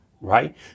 Right